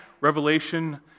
Revelation